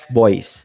boys